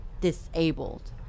disabled